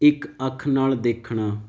ਇੱਕ ਅੱਖ ਨਾਲ ਦੇਖਣਾ